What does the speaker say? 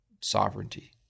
sovereignty